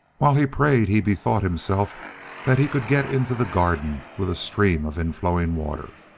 while he prayed he bethought himself that he could get into the garden with a stream of inflowing water.